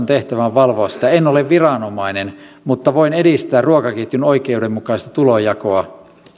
tehtävä on valvoa sitä en ole viranomainen mutta voin edistää ruokaketjun oikeudenmukaista tulonjakoa